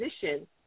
position